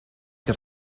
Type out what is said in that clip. que